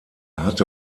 hatte